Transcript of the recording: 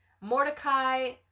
Mordecai